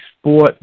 sport